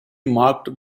marked